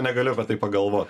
negaliu apie tai pagalvot